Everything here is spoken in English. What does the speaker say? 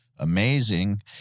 amazing